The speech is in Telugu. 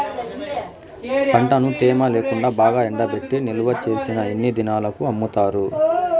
పంటను తేమ లేకుండా బాగా ఎండబెట్టి నిల్వచేసిన ఎన్ని దినాలకు అమ్ముతారు?